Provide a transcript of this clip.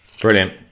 Brilliant